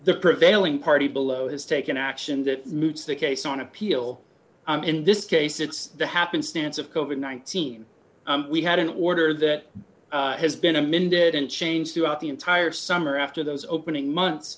the prevailing party below has taken action that moves the case on appeal in this case it's the happenstance of coping nineteen we had an order that has been amended and changed throughout the entire summer after those opening months